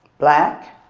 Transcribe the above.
black,